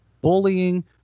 bullying